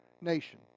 nation